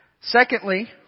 Secondly